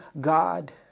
God